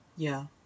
ya